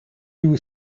you